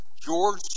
George